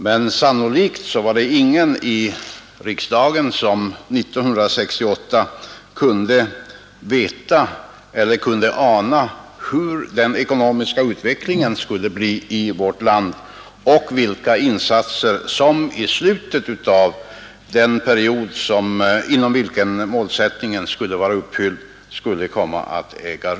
Men sannolikt var det ingen som vid 1968 års riksdag kunde ana hur den ekonomiska utvecklingen skulle bli i vårt land och vilka insatser som skulle komma att krävas i slutet av den period inom vilken målsättningen skulle vara uppfylld.